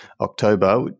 October